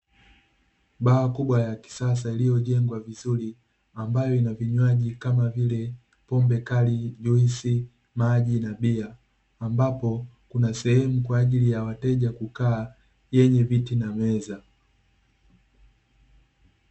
Baa kubwa ya kisasa iliyojengwa vizuri, ambayo ina vinywaji kama vile pombe kali, juisi, maji na bia. Ambapo, kuna sehemu kwa ajili ya wateja kukaa, yenye viti na meza.